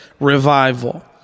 revival